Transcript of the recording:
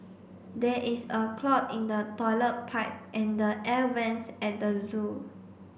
there is a clog in the toilet pipe and the air vents at the zoo